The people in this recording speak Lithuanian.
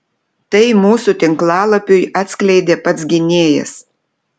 tai mūsų tinklalapiui atskleidė pats gynėjas